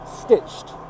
stitched